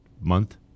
month